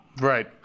Right